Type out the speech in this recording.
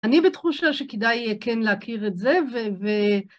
אני בתחושה שכדאי כן להכיר את זה ו...